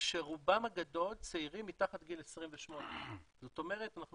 כשרובם הגדול צעירים מתחת לגיל 28. זאת אומרת אנחנו